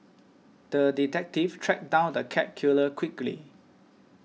the detective tracked down the cat killer quickly